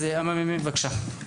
ממ"מ, בבקשה.